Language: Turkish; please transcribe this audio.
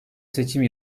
seçim